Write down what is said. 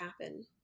happen